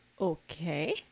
Okay